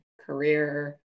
career